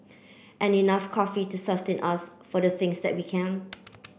and enough coffee to sustain us for the things that we can